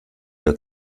der